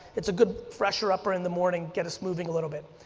it's a good fresher upper in the morning, get us moving a little bit.